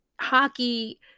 hockey